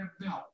belt